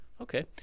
Okay